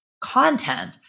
content